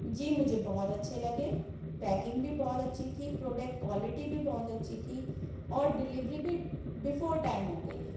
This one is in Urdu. جی مجھے بہت اچھے لگے پیکنگ بھی بہت اچھی تھی پروڈیکٹ کوالیٹی بھی بہت اچھی تھی اور ڈیلیوری بھی بیفور ٹائم ہو گئی ہے